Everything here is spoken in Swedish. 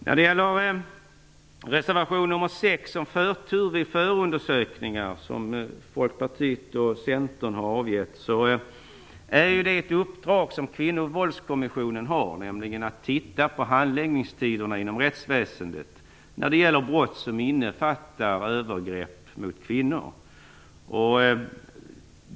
När det gäller reservation nr 6 om förtur vid förundersökning, som Folkpartiet och Centern har avgett, vill jag påpeka att Kvinnovåldskommissionen har i uppdrag att titta på handläggningstiderna inom rättsväsendet när det gäller brott som innefattar övergrepp mot kvinnor.